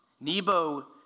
Nebo